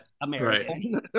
American